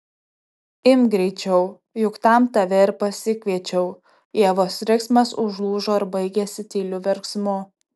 imk greičiau juk tam tave ir pasikviečiau ievos riksmas užlūžo ir baigėsi tyliu verksmu